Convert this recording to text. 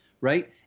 right